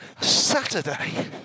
Saturday